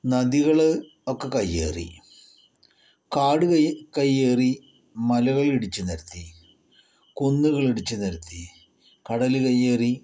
നദികൾ ഒക്കെ കയ്യേറി കാട് കയ്യേറി മലകൾ ഇടിച്ചു നിരത്തി കുന്നുകൾ ഇടിച്ചു നിരത്തി കടൽ കയ്യേറി